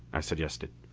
i suggested.